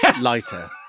lighter